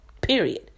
period